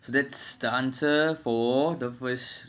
so that's the answer for the first question